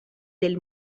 del